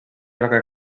roca